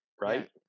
Right